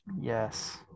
Yes